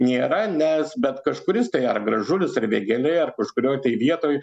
nėra nes bet kažkuris tai ar gražulis ar vėgėlė ar kažkurioj tai vietoj